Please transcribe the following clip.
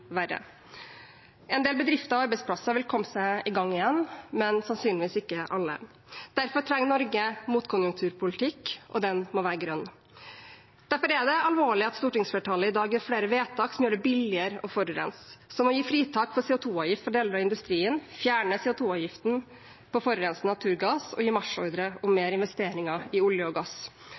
verre. En del bedrifter og arbeidsplasser vil komme i gang igjen, men sannsynligvis ikke alle. Derfor trenger Norge en motkonjunkturpolitikk, og den må være grønn. Derfor er det alvorlig at stortingsflertallet i dag gjør flere vedtak som gjør det billigere å forurense – som å gi fritak for CO 2 -avgift for deler av industrien, fjerne CO 2 -avgiften på forurensende naturgass og gi marsjordre om flere investeringer i olje og gass.